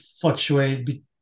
fluctuate